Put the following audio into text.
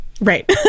right